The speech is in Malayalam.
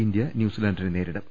ഇന്ത്യ ന്യൂസി ലാന്റിനെ നേരിടും